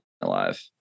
alive